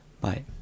Bye